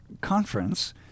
conference